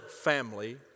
family